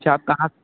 अच्छा आप कहाँ